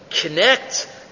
connect